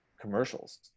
commercials